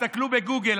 תסתכלו בגוגל,